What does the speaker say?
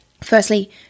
Firstly